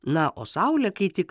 na o saulė kai tik